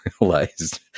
realized